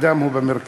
האדם הוא במרכז.